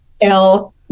L-